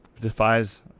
defies